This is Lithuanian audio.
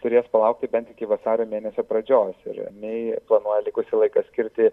turės palaukti bent iki vasario mėnesio pradžios ir mei planuoja likusį laiką skirti